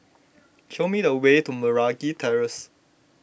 show me the way to Meragi Terrace